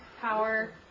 power